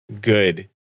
good